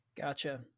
gotcha